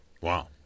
Wow